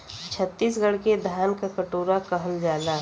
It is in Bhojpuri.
छतीसगढ़ के धान क कटोरा कहल जाला